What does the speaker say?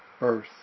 earth